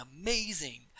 amazing